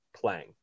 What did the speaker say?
playing